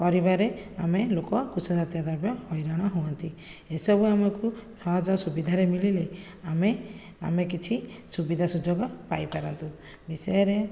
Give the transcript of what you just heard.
କରିବାରେ ଆମେ ଲୋକ କୃଷି ଜାତୀୟ ଦ୍ରବ୍ୟ ହଇରାଣ ହୁଅନ୍ତି ଏସବୁ ଆମକୁ ସହଜ ସୁବିଧାରେ ମିଳିଲେ ଆମେ ଆମେ କିଛି ସୁବିଧା ସୁଯୋଗ ପାଇପାରନ୍ତୁ ବିଷୟରେ